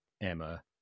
emma